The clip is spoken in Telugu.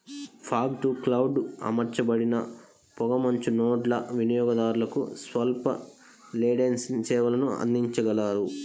ఫాగ్ టు క్లౌడ్ అమర్చబడిన పొగమంచు నోడ్లు వినియోగదారులకు స్వల్ప లేటెన్సీ సేవలను అందించగలవు